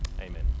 Amen